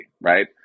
right